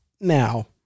Now